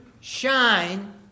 shine